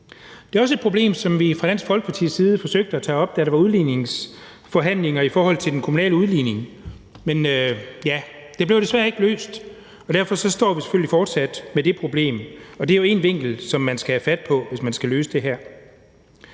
Det er også et problem, som vi fra Dansk Folkepartis side forsøgte at tage op, da der var udligningsforhandlinger i forhold til den kommunale udligning. Men ja, det blev desværre ikke løst, og derfor står vi selvfølgelig fortsat med det problem, og det er jo én vinkel, som man skal tage fat på, hvis man skal løse det her.